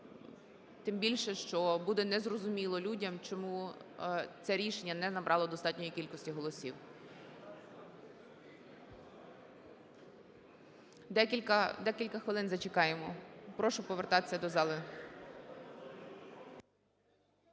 тим більше, що буде незрозуміло людям, чому це рішення не набрало достатньої кількості голосів. Декілька хвилин зачекаємо. Прошу повертатися до зали.